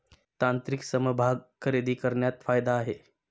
तांत्रिक समभाग खरेदी करण्यात फायदा आहे